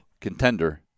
contender